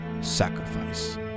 sacrifice